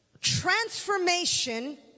Transformation